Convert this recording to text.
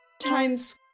times